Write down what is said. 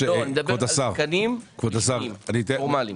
תקנים פורמליים.